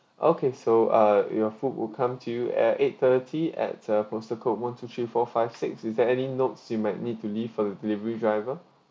okay so uh your food will come to you at eight thirty at uh postal code one two three four five six is there any notes you might need to leave for the delivery driver